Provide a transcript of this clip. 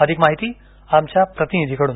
अधिक माहिती आमच्या प्रतिनिधीकडून